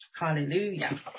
hallelujah